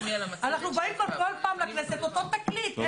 אנחנו באים פה בכל פעם לכנסת, אותו תקליט.